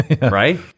right